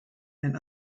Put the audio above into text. and